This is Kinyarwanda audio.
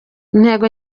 intego